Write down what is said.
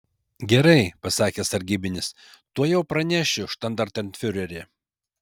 gerai pasakė sargybinis tuojau pranešiu štandartenfiureri